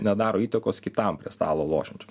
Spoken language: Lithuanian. nedaro įtakos kitam prie stalo lošiančiam